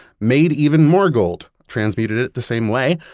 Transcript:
made even more gold, transmuted it the same way,